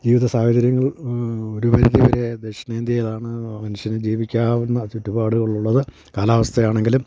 ജീവിത സാഹചര്യങ്ങൾ ഒരു പരിധിവരെ ദക്ഷിണേന്ത്യയിലാണ് മനുഷ്യനു ജീവിക്കാവുന്ന ചുറ്റുപാടുകളുള്ളത് കാലാവസ്ഥയാണെങ്കിലും